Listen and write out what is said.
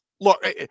look